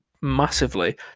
massively